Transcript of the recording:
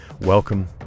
Welcome